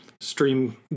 Stream